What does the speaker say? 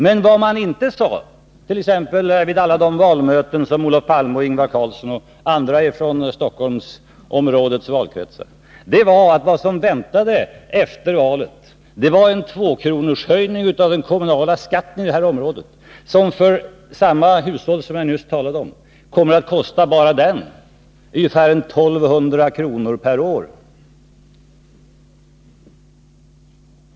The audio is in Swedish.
Men vad ni inte sade, t.ex. vid alla valmöten med Olof Palme, Ingvar Carlsson och andra från Stockholmsområdets valkretsar, var att vad som väntade efter valet i detta område var en tvåkronorshöjning av den kommunala skatten, som för samma hushåll som jag nyss talade om kommer att kosta — bara den — ungefär 1 200 kr. per år.